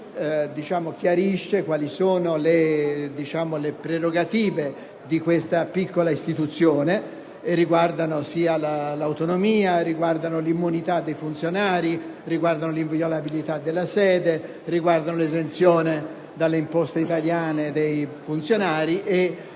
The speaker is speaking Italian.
chiarisce quali sono le prerogative di questa piccola istituzione: l'autonomia e l'immunità dei funzionari, l'inviolabilità della sede, l'esenzione dalle imposte italiane dei funzionari,